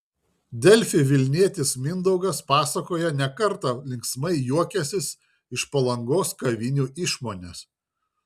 delfi vilnietis mindaugas pasakoja ne kartą linksmai juokęsis iš palangos kavinių išmonės